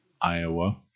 Iowa